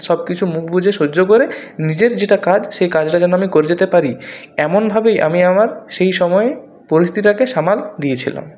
সব কিছু মুখ বুজে সহ্য করে নিজের যেটা কাজ সেই কাজটা যেন আমি করে যেতে পারি এমনভাবেই আমি আমার সেই সময়ের পরিস্থিতিটাকে সামাল দিয়েছিলাম